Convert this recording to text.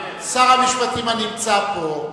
שר המשפטים הנמצא פה,